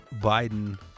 Biden